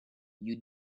you